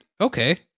Okay